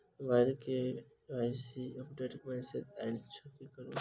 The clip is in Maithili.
मोबाइल मे के.वाई.सी अपडेट केँ मैसेज आइल अछि की करू?